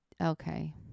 Okay